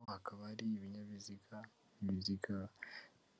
Ubu hakaba hari ibinyabiziga